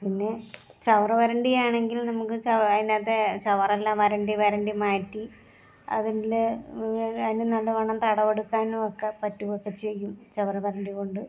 പിന്നെ ചവറ് വരണ്ടി ആണെങ്കിൽ നമുക്ക് അതിനകത്തെ ചവറെല്ലാം വരണ്ടി വരണ്ടി മാറ്റി അതിൽ അതിന് നല്ലവണ്ണം തടവെടുക്കാനും ഒക്ക പറ്റുകയൊക്കെ ചെയ്യും ചവറ് വരണ്ടി കൊണ്ട്